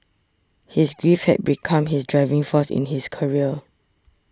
his grief had become his driving force in his career